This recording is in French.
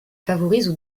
favorisent